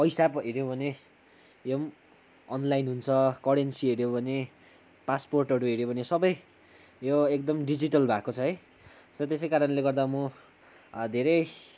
पैसा हेऱ्यो भने यो पनि अनलाइन हुन्छ करेनसी हेऱ्यो भने पासपोर्टहरू हेऱ्यो भने सबै यो एकदम डिजिटल भएको छ है सो त्यसै कारणले गर्दा म धेरै